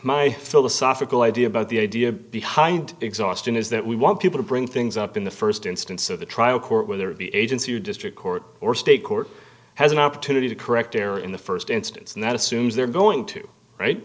my philosophical idea about the idea behind exhaustion is that we want people to bring things up in the st instance of the trial court whether the agency district court or state court has an opportunity to correct error in the st instance and that assumes they're going to